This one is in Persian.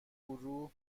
گروه